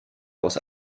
aus